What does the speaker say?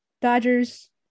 Dodgers